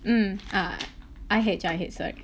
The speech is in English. mm ah I_H I_H sorry